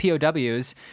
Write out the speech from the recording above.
pow's